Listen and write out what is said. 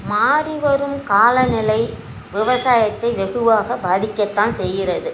மாறி வரும் காலநிலை விவசாயத்தை வெகுவாக பாதிக்கத்தான் செய்கிறது